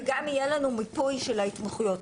וגם יהיה לנו מיפוי של ההתמחויות.